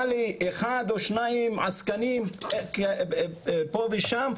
באו עסקנים פה ושם,